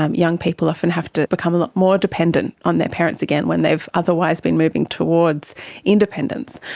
um young people often have to become a lot more dependent on their parents again when they have otherwise been moving towards independence.